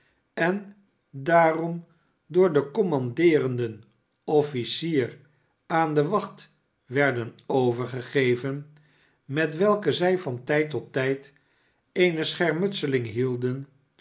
en daarom door den commandeerenden oracier aan de wacht werden overgegeven met welke zij van tijd tot tijd eene schermutseling hielden